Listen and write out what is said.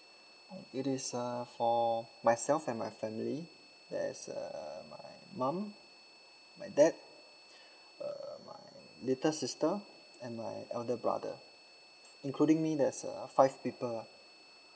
oh it is err for myself and my family there's uh my mum my dad err my little sister and my elder brother including me there's uh five people ah